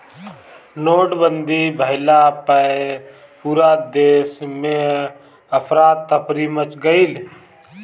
नोटबंदी भइला पअ पूरा देस में अफरा तफरी मच गईल